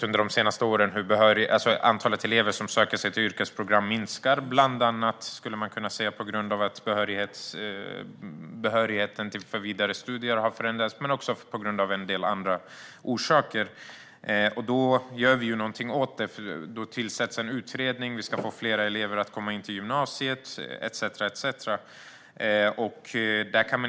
Under de senaste åren har vi ju sett att antalet elever som söker sig till yrkesprogram minskar, bland annat på grund av att behörighetskraven för vidare studier har ändrats men också av en del andra orsaker. Då gör vi någonting åt det. Då tillsätts en utredning. Vi ska få fler elever att komma in på gymnasiet etcetera.